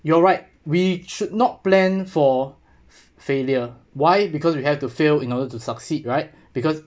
you're right we should not plan for f~ failure why because you have to fail in order to succeed right because